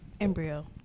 embryo